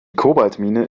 kobaltmine